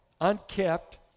unkept